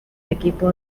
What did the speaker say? equipo